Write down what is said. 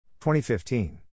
2015